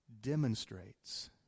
demonstrates